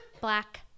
black